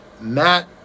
Matt